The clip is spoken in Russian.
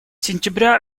сентября